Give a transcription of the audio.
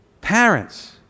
parents